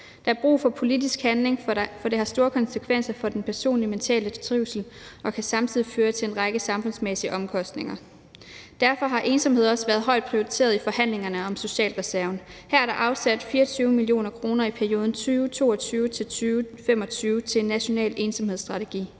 Der er brug for politisk handling, for det har store konsekvenser for den personlige, mentale trivsel og kan samtidig føre til en række samfundsmæssige omkostninger. Derfor har ensomhed også været højt prioriteret i forhandlingerne om socialreserven. Her er der afsat 24 mio. kr. i perioden 2022-2025 til en national ensomhedsstrategi.